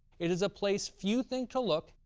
it is a place few think to look,